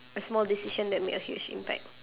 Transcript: a small decision that made a huge impact